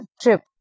trip